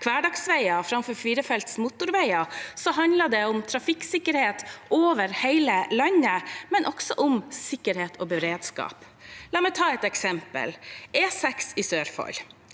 hverdagsveier framfor firefelts motorveier, handler det om trafikksikkerhet over hele landet, men også om sikkerhet og beredskap. La meg ta et eksempel: E6 i Sørfold,